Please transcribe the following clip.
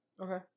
okay